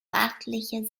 beachtliche